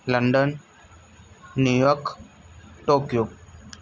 London New York Tokyo